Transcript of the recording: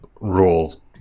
rules